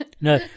No